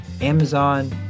Amazon